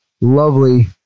lovely